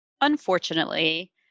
unfortunately